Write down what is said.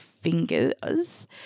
fingers